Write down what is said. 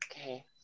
okay